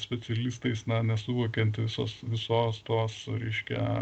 specialistais na nesuvokiant visos visos tos reiškia